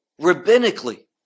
rabbinically